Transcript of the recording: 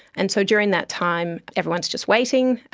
and so during that time everyone is just waiting.